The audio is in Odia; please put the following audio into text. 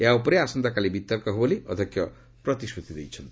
ଏହା ଉପରେ ଆସନ୍ତାକାଲି ବିତର୍କ ହେବ ବୋଲି ଅଧ୍ୟକ୍ଷ ପ୍ରତିଶ୍ରତି ଦେଇଛନ୍ତି